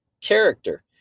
character